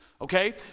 okay